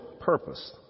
purpose